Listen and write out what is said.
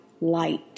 light